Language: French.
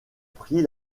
pris